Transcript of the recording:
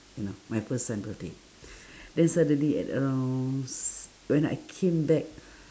you know my first son birthday then suddenly at around si~ when I came back